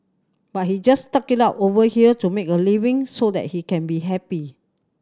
but he just stuck it out over here to make a living so that he can be happy